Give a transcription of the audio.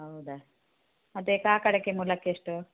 ಹೌದಾ ಮತ್ತು ಕಾಕಡಕ್ಕೆ ಮೊಳಕ್ ಎಷ್ಟು